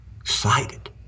excited